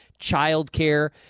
childcare